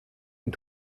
une